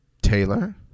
Taylor